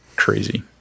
Crazy